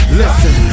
listen